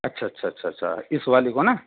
اچھا اچھا اچھا اچھا اس والی کو نا